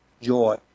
joy